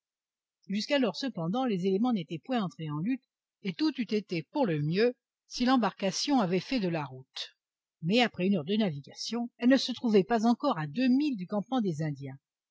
jusqu'alors cependant les éléments n'étaient point entrés en lutte et tout eût été pour le mieux si l'embarcation avait fait de la route mais après une heure de navigation elle ne se trouvait pas encore à deux milles du campement des indiens